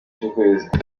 cy’ukwezi